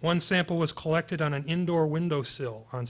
one sample was collected on an indoor window sill on